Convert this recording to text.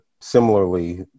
similarly